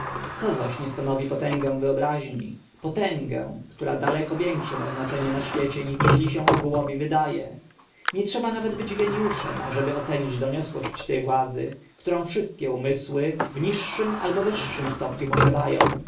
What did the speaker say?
to właśnie stanowi potęgę wyobraźni potęgę która daleko większe ma znaczenie na świecie niżeli się ogółowi zda e nie trzeba nawet być geniuszem ażeby ocenić doniosłość te władzy którą wszystkie umysły w niższym albo wyższym stopniu posiada